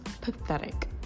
Pathetic